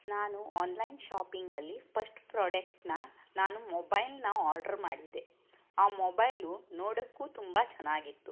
ನಾನು ಆನ್ಲೈನ್ ಶಾಪಿಂಗಲ್ಲಿ ಪಶ್ಟ್ ಪ್ರಾಡಕ್ಟನ್ನ ನಾನು ಮೊಬೈಲನ್ನ ಆರ್ಡ್ರ್ ಮಾಡಿದ್ದೆ ಆ ಮೊಬೈಲು ನೋಡಕ್ಕೂ ತುಂಬ ಚೆನ್ನಾಗಿತ್ತು